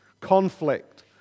conflict